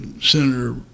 Senator